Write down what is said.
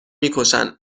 میکشن